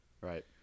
Right